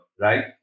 right